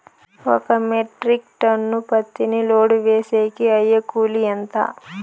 ఒక metric ton పత్తిని load వేసేకి అయ్యే కూలి ఎంత?